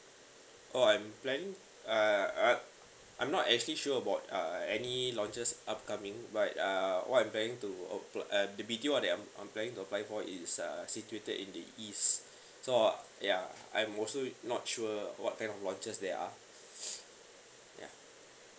orh I'm plan~ uh I I'm not actually sure about uh any launches upcoming but uh what I'm planning to apply uh the B_T_O that I'm I'm planning to apply for is uh situated in the east so uh ya I'm also not sure what kind of launches they are